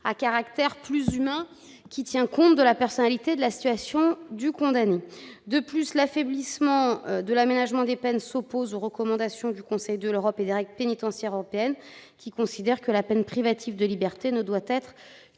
caractère plus humain, qui tient compte de la personnalité et de la situation du condamné. De plus, l'affaiblissement de l'aménagement des peines s'oppose aux recommandations du Conseil de l'Europe et des règles pénitentiaires européennes, qui considèrent que la peine privative de liberté ne doit être que